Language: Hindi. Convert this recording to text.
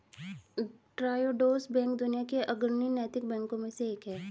ट्रायोडोस बैंक दुनिया के अग्रणी नैतिक बैंकों में से एक है